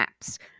apps